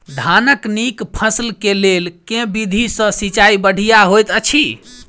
धानक नीक फसल केँ लेल केँ विधि सँ सिंचाई बढ़िया होइत अछि?